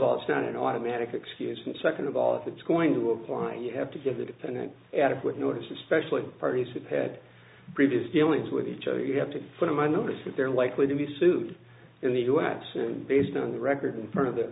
all it's not an automatic excuse and second of all if it's going to apply you have to give the defendant adequate notice especially parties had previous dealings with each other you have to put them on notice that they're likely to be sued in the us based on the record in front of the